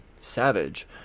Savage